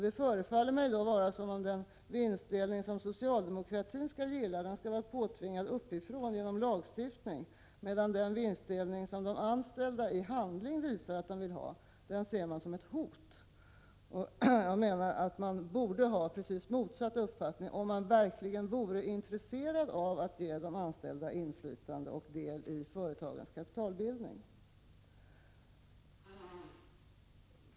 Det förefaller mig som om den vinstdelning som socialdemokratin gillar skall vara påtvingad uppifrån genom lagstiftning, medan den vinstdelning som de anställda genom handling visar att de vill ha ses som ett hot. Jag menar att man borde ha precis motsatt uppfattning, om man verkligen vore intresserad av att ge de anställda inflytande och del i företagens kapitalbildning.